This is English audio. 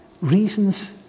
Reasons